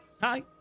hi